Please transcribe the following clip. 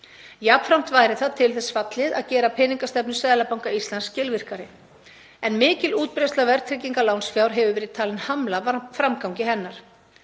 Jafnframt væri það til þess fallið að gera peningastefnu Seðlabanka Íslands skilvirkari en mikil útbreiðsla verðtryggingar lánsfjár hefur verið talin hamla framgangi hennar.